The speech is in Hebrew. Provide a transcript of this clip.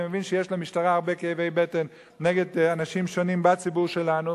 אני מבין שיש למשטרה הרבה כאבי בטן נגד אנשים שונים בציבור שלנו,